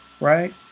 right